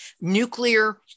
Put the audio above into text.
nuclear